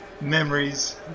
memories